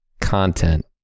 content